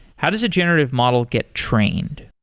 how does a generative model get trained?